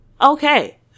Okay